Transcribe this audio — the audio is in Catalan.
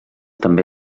també